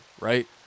right